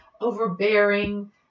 overbearing